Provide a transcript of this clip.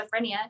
schizophrenia